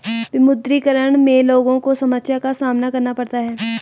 विमुद्रीकरण में लोगो को समस्या का सामना करना पड़ता है